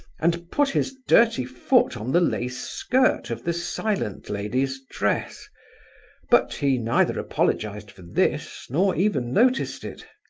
and put his dirty foot on the lace skirt of the silent lady's dress but he neither apologized for this, nor even noticed it.